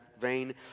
vein